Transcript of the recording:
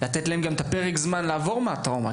לתת להם גם את פרק הזמן לעבור מהטראומה,